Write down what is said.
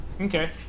Okay